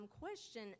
question